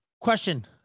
question